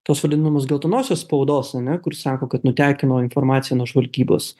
tuos vadinamus geltonosios spaudos ane kur sako kad nutekino informaciją nuo žvalgybos